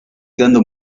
dando